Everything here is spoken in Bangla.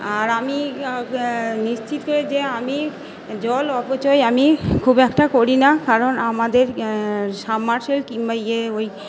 আর আমি নিশ্চিত যে আমি জল অপচয় আমি খুব একটা করি না কারণ আমাদের সাবমারসিবল কিংবা ইয়ে ওই